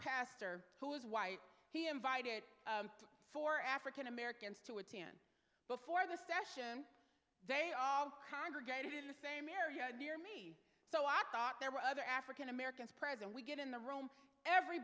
pastor who is white he invited for african americans to attend before the session they all congregated in the same area near me so i thought there were other african americans present we get in the room